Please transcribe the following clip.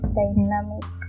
dynamic